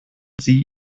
sie